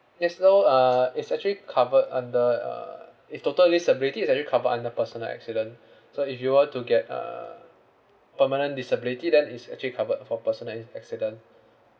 yes so uh is actually covered under uh if total disability is already cover under personal accident so if you were to get uh permanent disability then is actually covered for personal ins~ accident